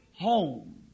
home